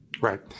Right